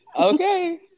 Okay